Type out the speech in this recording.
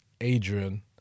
Adrian